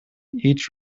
each